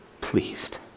pleased